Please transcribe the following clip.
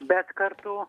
bet kartu